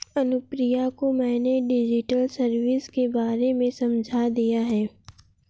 अनुप्रिया को मैंने digital service के बारे में समझा दिया है